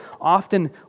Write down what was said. often